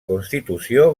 constitució